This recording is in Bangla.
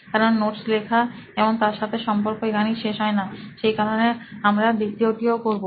কারণ নোটস লেখা এবং তার সাথে সম্পর্ক এখানেই শেষ হয়না সেই কারণে আমরা দ্বিতীয়টিও করবো